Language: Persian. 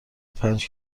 پنج